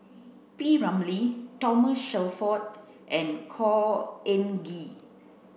P Ramlee Thomas Shelford and Khor Ean Ghee